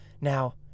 Now